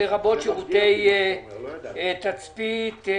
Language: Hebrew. סעיף קטן (א) לא יחול על חברת הפיתוח